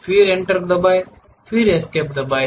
फिर Enter दबाएं फिर एस्केप दबाएं